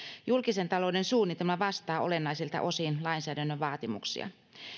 julkisen talouden suunnitelma vastaa olennaisilta osin lainsäädännön vaatimuksia